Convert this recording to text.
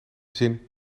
zin